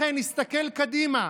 לכן הסתכל קדימה,